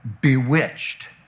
bewitched